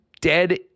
dead